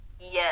yes